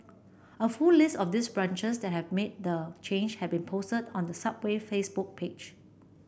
a full list of these branches that have made the change has been posted on the Subway Facebook page